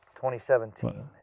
2017